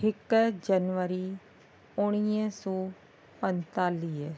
हिकु जनवरी उणिवीह सौ पंजतालीह